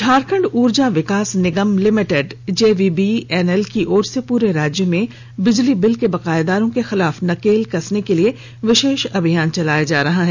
Jharkhand Urja Vikas Nigam Limited JVBNL की ओर से पूरे राज्य में बिजली बिल के बकायेदारों के खिलाफ नकेल कसने के लिए विशेष अभियान चलाया जा रहा है